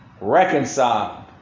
Reconciled